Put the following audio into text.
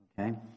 okay